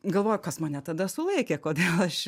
galvoju kas mane tada sulaikė kodėl aš